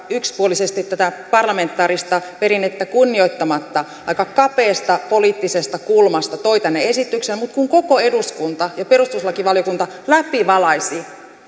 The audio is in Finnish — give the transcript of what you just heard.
yksipuolisesti tätä parlamentaarista perinnettä kunnioittamatta aika kapeasta poliittisesta kulmasta tuotiin tänne esitys mutta kun koko eduskunta ja perustuslakivaliokunta läpivalaisi